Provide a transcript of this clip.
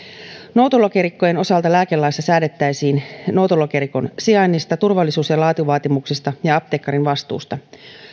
noutolokerikkojen osalta lääkelaissa säädettäisiin noutolokerikon sijainnista turvallisuus ja laatuvaatimuksista ja apteekkarin vastuusta